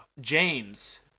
James